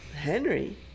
Henry